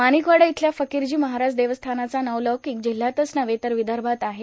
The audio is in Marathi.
माणिकवाडा इथल्या फकीरजी महाराज देवस्थानाचा नावलौकीक जिल्ह्यातच नव्हे तर विदर्भात आहे